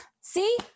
see